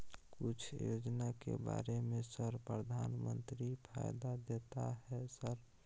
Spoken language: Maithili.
कुछ योजना के बारे में सर प्रधानमंत्री फायदा देता है सर?